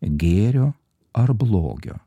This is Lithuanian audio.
gėrio ar blogio